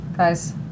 Guys